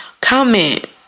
Comment